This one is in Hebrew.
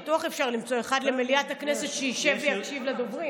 בטוח אפשר למצוא אחד למליאת הכנסת שישב ויקשיב לדוברים.